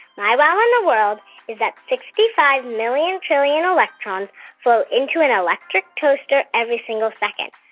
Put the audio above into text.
my wow in the world is that sixty five million trillion electrons float into an electric toaster every single second.